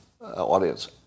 audience